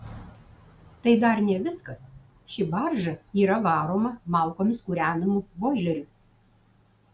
tai dar ne viskas ši barža yra varoma malkomis kūrenamu boileriu